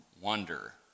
wonder